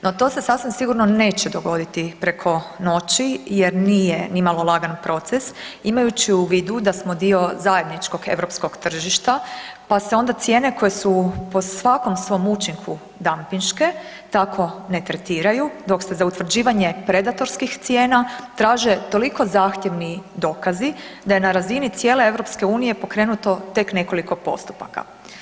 No to se sasvim sigurno neće dogoditi preko noći jer nije nimalo lagan proces, imajući u vidu da smo dio zajedničkog europskog tržišta pa se onda cijene koje su po svakom svom učinku dampinške tako ne tretiraju dok se za utvrđivanje predatorskih cijena traže toliko zahtjevni dokazi da je na razini cijele EU pokrenuto tek nekoliko postupaka.